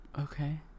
Okay